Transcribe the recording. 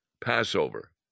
passover